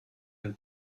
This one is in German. ein